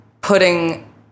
putting